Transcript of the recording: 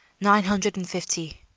nine hundred and fifty,